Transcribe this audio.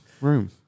room